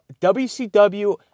WCW